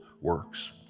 works